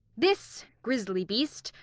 this grisly beast,